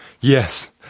Yes